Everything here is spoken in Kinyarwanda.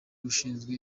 ushinzwe